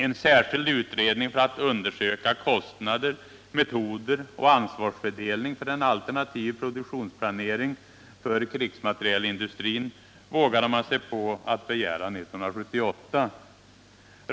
En särskild utredning för att undersöka kostnader, metoder och ansvarsfördelning för en alternativ produktionsplanering för krigsmaterielindustrin, vågade man sig på att begära 1978.